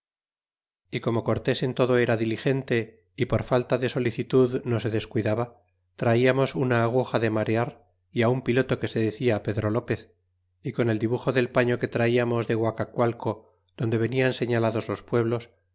y como cor tés en todo era diligente y por falta de solicitud no se descuidaba traíamos una aguja de marear y un piloto que se decía pedro lopez y con el dibuxo del paño que traiamos de guaca cualco donde venian señalados los pueblos